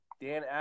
Dan